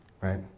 right